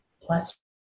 plus